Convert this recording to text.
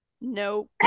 No